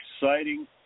exciting